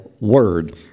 word